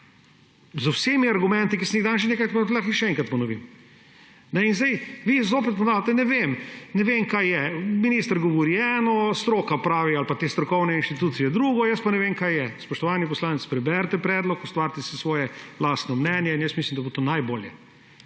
z vsemi argumenti, ki sem jih danes že nekajkrat, lahko jih še enkrat ponovim. Vi pa zopet ponavljate, ne vem, ne vem, kaj je, minister govori eno, stroka ali pa te strokovne inštitucije drugo, jaz pa ne vem, kaj je. Spoštovani poslanec, preberite predlog, ustvarite si svoje lastno mnenje, in jaz mislim, da bo to najbolje,